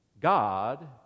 God